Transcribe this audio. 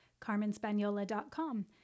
carmenspaniola.com